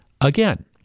again